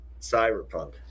Cyberpunk